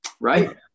Right